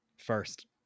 first